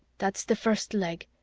that's the first leg,